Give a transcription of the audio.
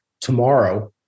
tomorrow